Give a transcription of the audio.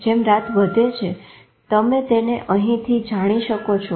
જેમ રાત વધે છે તમે તેને અહીંથી જાણી શકો છો